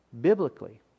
Biblically